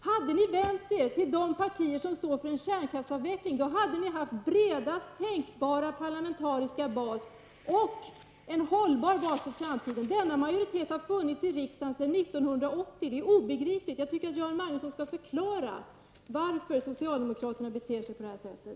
Om ni hade vänt er till de partier som står för en kärnkraftsavveckling hade ni haft bredaste tänkbara parlamentariska bas, och en hållbar bas för framtiden. Denna majoritet har funnits i riksdagen sedan år 1980. Detta är obegripligt. Jag tycker att Göran Magnusson skall förklara varför socialdemokraterna beter sig på det här sättet.